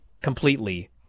completely